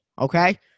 Okay